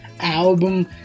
album